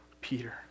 Peter